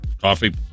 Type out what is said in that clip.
Coffee